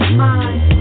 mind